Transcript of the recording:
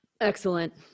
Excellent